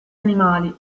animali